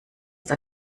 der